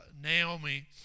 Naomi